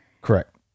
correct